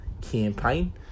campaign